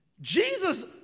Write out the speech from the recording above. Jesus